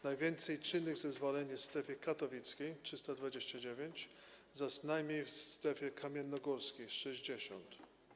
Najwięcej czynnych zezwoleń jest w strefie katowickiej - 329, zaś najmniej w strefie kamiennogórskiej - 60.